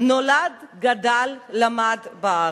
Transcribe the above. נולד, גדל, למד בארץ,